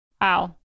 Wow